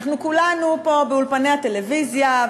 אנחנו כולנו פה באולפני הטלוויזיה,